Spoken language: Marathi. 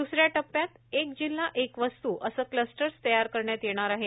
दुसऱ्या टप्प्यात एक जिल्हाए एक वस्तूश असं क्लस्टर्स तयार करण्यात येणार आहेत